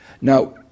Now